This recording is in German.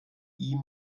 ihm